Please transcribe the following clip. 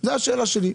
זה השאלה שלי,